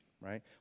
right